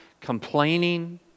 complaining